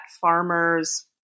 farmers